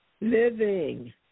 Living